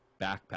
backpack